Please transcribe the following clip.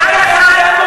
יד אחת.